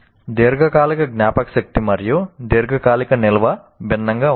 దీర్ఘకాలిక జ్ఞాపకశక్తి మరియు దీర్ఘకాలిక నిల్వ భిన్నంగా ఉంటాయి